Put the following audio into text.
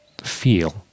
feel